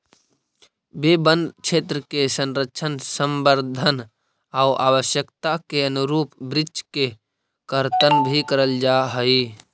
वे वनक्षेत्र के संरक्षण, संवर्धन आउ आवश्यकता के अनुरूप वृक्ष के कर्तन भी करल जा हइ